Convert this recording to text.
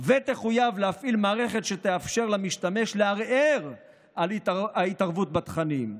ותחויב להפעיל מערכת שתאפשר למשתמש לערער על ההתערבות בתכנים.